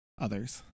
others